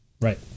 right